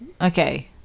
Okay